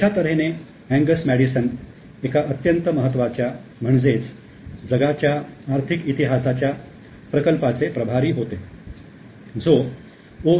अशा तऱ्हेने Angus Maddison एका अत्यंत महत्त्वाच्या म्हणजेच जगाच्या आर्थिक इतिहासाच्या प्रकल्पाचे प्रभारी होते जो ओ